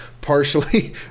partially